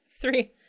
three